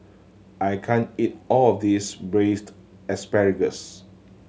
I can't eat all of this Braised Asparagus